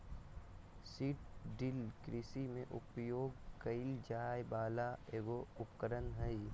seed drill कृषि में उपयोग कइल जाय वला एगो उपकरण हइ